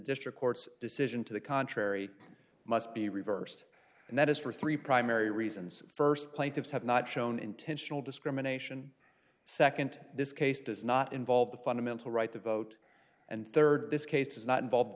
district court's decision to the contrary must be reversed and that is for three primary reasons st plaintiffs have not shown intentional discrimination nd this case does not involve the fundamental right to vote and rd this case does not involve